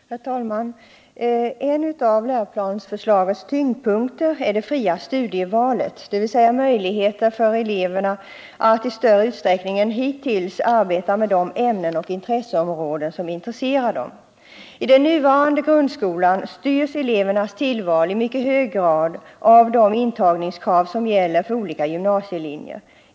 Herr talman! En av läroplansförslagets tyngdpunkter är det fria studievalet, dvs. möjligheten för eleverna att i större utsträckning än hittills arbeta med de ämnen och intresseområden som intresserar dem. I den nuvarande grundskolan styrs elevernas tillval i mycket hög grad av de intagningskrav som gäller för olika gymnasielinjer.